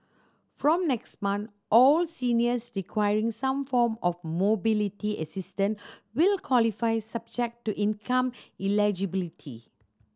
from next month all seniors requiring some form of mobility assistance will qualify subject to income eligibility